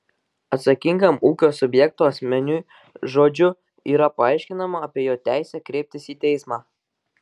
atsakingam ūkio subjekto asmeniui žodžiu yra paaiškinama apie jo teisę kreiptis į teismą